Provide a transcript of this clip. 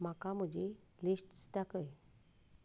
म्हाका म्हजी लिस्ट्स दाखय